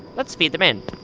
let's feed them in.